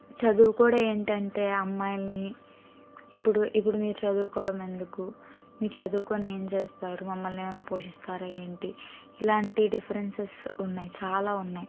చదువు కూడ ఏంటంటే అమ్మాయిలని ఇప్పుడు ఇప్పుడు మీరు చదుకోవడం ఎందుకు మీరు చదువుకుని ఏంచేస్తారు మమ్మల్నేమన్నా పోషిస్తారా ఏంటి ఇలాంటి డిఫరెన్సెస్ ఉన్నాయి చాలా ఉన్నాయి